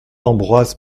ambroise